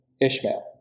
Ishmael